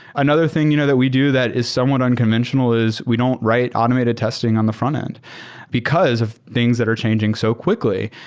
another thing you know that we do that is somewhat unconventional is we don't write automated testing on the frontend because of things that are changing so quickly.